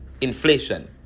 inflation